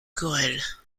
querelles